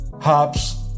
hops